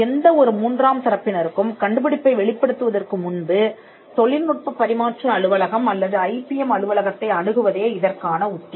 எந்த ஒரு மூன்றாம் தரப்பினருக்கும் கண்டுபிடிப்பை வெளிப்படுத்துவதற்கு முன்பு தொழில்நுட்பப் பரிமாற்ற அலுவலகம் அல்லது ஐபிஎம் அலுவலகத்தை அணுகுவதே இதற்கான உத்தி